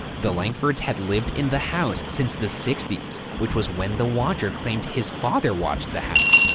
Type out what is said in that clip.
the langfords had lived in the house since the sixty s, which was when the watcher claimed his father watched the house.